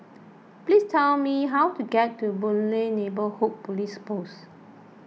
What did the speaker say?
please tell me how to get to Boon Lay Neighbourhood Police Post